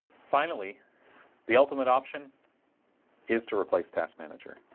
finally the ultimate option is to replace task manager?